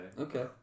Okay